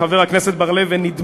חברי חברי הכנסת בהווה ובעבר,